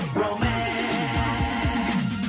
romance